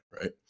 Right